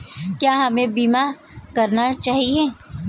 क्या हमें बीमा करना चाहिए?